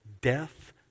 death